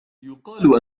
يقال